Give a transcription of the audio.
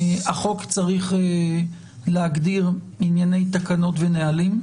החוק צריך להגדיר ענייני תקנות ונהלים.